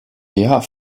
her